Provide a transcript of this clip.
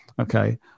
Okay